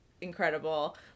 incredible